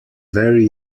very